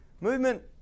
Movement